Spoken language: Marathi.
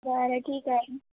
बरं ठीक आहे